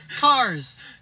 cars